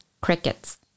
crickets